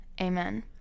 Amen